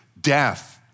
death